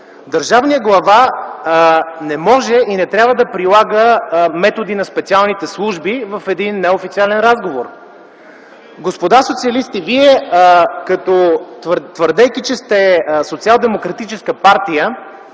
Държавният глава не може и не трябва да прилага методи на специалните служби в един неофициален разговор. Господа социалисти, твърдейки, че сте социалдемократическа партия,